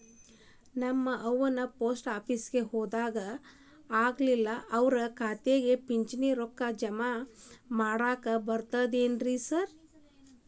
ನಮ್ ಅವ್ವ ಪೋಸ್ಟ್ ಆಫೇಸಿಗೆ ಹೋಗಾಕ ಆಗಲ್ರಿ ಅವ್ರ್ ಖಾತೆಗೆ ಪಿಂಚಣಿ ರೊಕ್ಕ ಜಮಾ ಮಾಡಾಕ ಬರ್ತಾದೇನ್ರಿ ಸಾರ್?